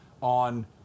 on